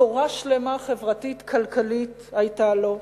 תורה חברתית-כלכלית שלמה היתה לו,